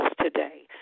today